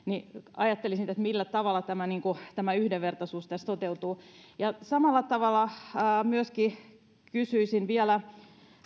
ajattelisin millä tavalla tämä yhdenvertaisuus tässä toteutuu samalla tavalla myöskin kysyisin vielä